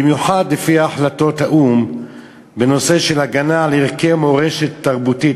במיוחד לפי החלטות האו"ם בנושא של הגנה על ערכי מורשת תרבותית.